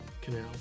canal